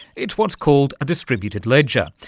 it's what's called a distributed ledger,